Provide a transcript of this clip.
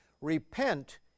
Repent